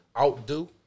outdo